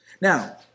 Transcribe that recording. Now